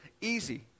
easy